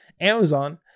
Amazon